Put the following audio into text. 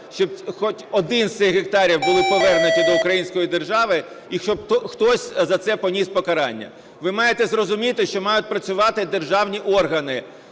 щоб хоч один з цих гектарів був повернутий до української держави і щоб хтось за це поніс покарання. Ви маєте зрозуміти, що мають працювати державні органи